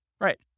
Right